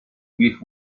with